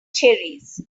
cherries